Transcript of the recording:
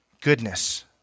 Goodness